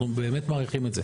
אנחנו באמת מעריכים את זה.